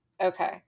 Okay